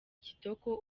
kitoko